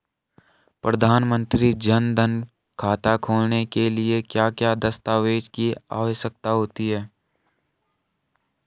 प्रधानमंत्री जन धन खाता खोलने के लिए क्या क्या दस्तावेज़ की आवश्यकता होती है?